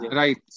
right